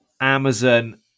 Amazon